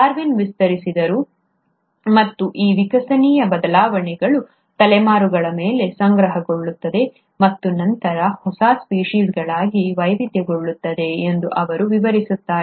Darwin ವಿಸ್ತರಿಸಿದರು ಮತ್ತು ಈ ವಿಕಸನೀಯ ಬದಲಾವಣೆಗಳು ತಲೆಮಾರುಗಳ ಮೇಲೆ ಸಂಗ್ರಹಗೊಳ್ಳುತ್ತವೆ ಮತ್ತು ನಂತರ ಹೊಸ ಸ್ಪೀಷೀಸ್ಗಳಾಗಿ ವೈವಿಧ್ಯಗೊಳ್ಳುತ್ತವೆ ಎಂದು ಅವರು ವಿವರಿಸುತ್ತಾರೆ